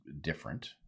different